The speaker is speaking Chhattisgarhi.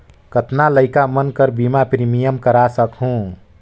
कतना लइका मन कर बीमा प्रीमियम करा सकहुं?